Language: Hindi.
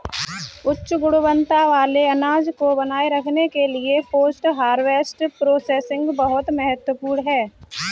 उच्च गुणवत्ता वाले अनाज को बनाए रखने के लिए पोस्ट हार्वेस्ट प्रोसेसिंग बहुत महत्वपूर्ण है